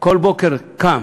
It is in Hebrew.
שכל בוקר קם